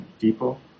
people